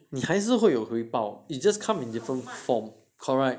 你还是会有回报 it just come in different form correct